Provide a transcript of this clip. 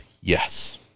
Yes